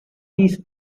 these